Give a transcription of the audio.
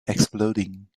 exploding